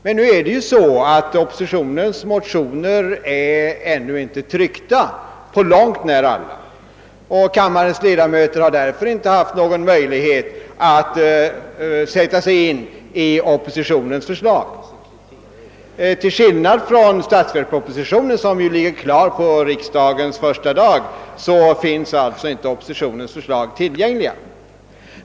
Ännu är emellertid inte på långt när alla oppositionens motioner tryckta, och kammarens ledamöter har därför inte haft någon möjlighet att sätta sig in i oppositionens förslag. Till skillnad från statsverkspropositionen som ligger klar på riksdagens första dag finns alltså inte oppositionens förslag tillgängliga.